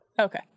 Okay